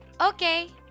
Okay